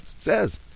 says